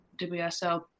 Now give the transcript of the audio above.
WSL